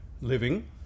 living